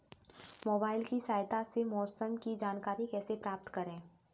Mobile की सहायता से मौसम की जानकारी कैसे प्राप्त करें?